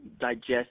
digest